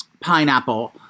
pineapple